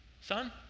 son